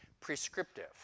prescriptive